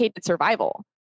survival